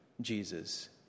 Jesus